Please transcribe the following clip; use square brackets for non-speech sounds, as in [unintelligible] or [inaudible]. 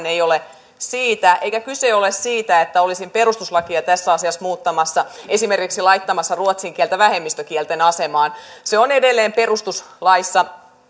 [unintelligible] ei ole siitä eikä kyse ole siitä että olisin perustuslakia tässä asiassa muuttamassa esimerkiksi laittamassa ruotsin kieltä vähemmistökielten asemaan se on edelleen perustuslaissa [unintelligible]